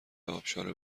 ابشار